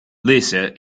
lisa